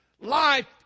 Life